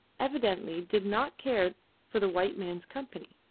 evidently did not care for the white man's company.